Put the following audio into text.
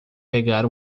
pegar